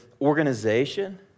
organization